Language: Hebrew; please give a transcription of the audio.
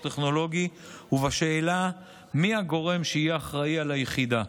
טכנולוגי ובשאלה מי הגורם שיהיה אחראי ליחידה.